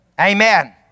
Amen